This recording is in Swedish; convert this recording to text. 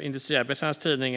industriarbetarnas tidning.